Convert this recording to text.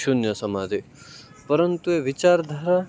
શૂન્ય સમાધિ પરંતુ એ વિચારધારા